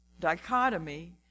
dichotomy